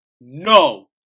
no